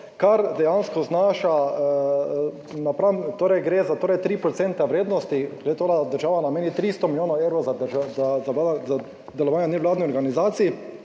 kar dejansko znaša napram, torej gre za torej 3 % vrednosti, da država nameni 300 milijonov evrov za delovanje nevladnih organizacij